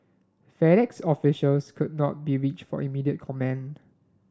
FedEx officials could not be reach for immediate comment